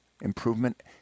improvement